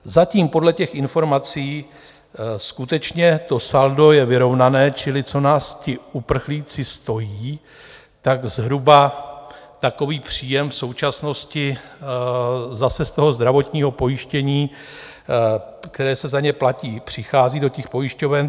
Zatím podle těch informací skutečně to saldo je vyrovnané, čili co nás ti uprchlíci stojí, tak zhruba takový příjem v současnosti zase z toho zdravotního pojištění, které se za ně platí, přichází do pojišťoven.